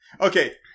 Okay